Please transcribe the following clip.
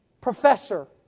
professor